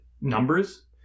numbers